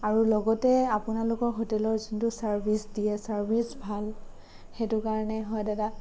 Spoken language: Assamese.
আৰু লগতে আপোনালোকৰ হোটেলৰ যোনটো ছাৰ্ভিচ দিয়ে ছাৰ্ভিচ ভাল সেইটো কাৰণে হয় দাদা